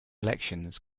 elections